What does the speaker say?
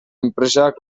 enpresak